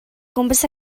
gwmpas